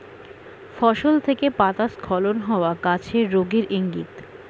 ফসল থেকে পাতা স্খলন হওয়া গাছের রোগের ইংগিত